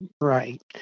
Right